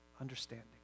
understanding